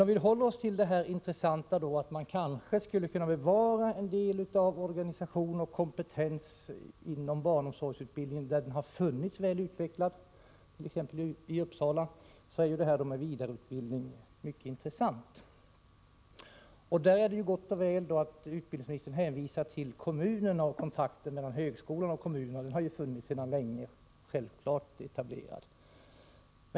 Om vi håller oss till det betydelsefulla, att man kanske kan bevara en del av organisationen och kompetensen inom barnomsorgsutbildningen där den redan finns väl utvecklad, t.ex. i Uppsala, är vidareutbildningen mycket intressant. Det är gott och väl att utbildningsministern hänvisar till kommunerna och kontakten mellan högskola och kommuner, vilken sedan länge har varit väl etablerad.